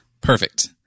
perfect